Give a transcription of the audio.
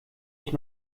ich